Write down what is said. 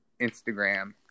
Instagram